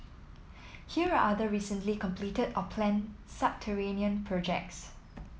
here are other recently completed or planned subterranean projects